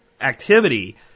activity